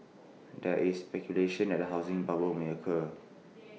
there is speculation that A housing bubble may occur